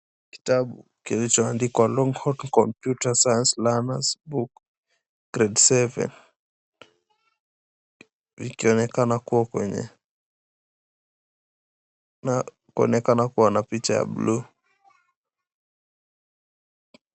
Kitabu kilicho andikwa Longhorn Computer Science Leaner`s Book Grade 7 ikonekana kuwa na picha ya bluu.